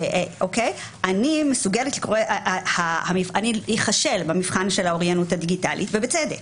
אני אכשל במבחן של האוריינות הדיגיטלית ובצדק,